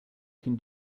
can